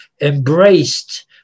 embraced